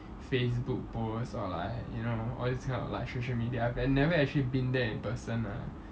facebook posts or like you know all this kind of like social media I've never actually been there in person lah